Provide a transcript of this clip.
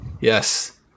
Yes